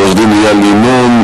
עורך-דין איל ינון,